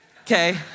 okay